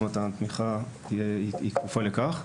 זאת אומרת התמיכה היא כפופה לכך.